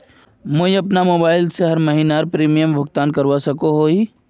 मुई अपना मोबाईल से हर महीनार प्रीमियम भुगतान करवा सकोहो ही?